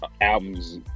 album's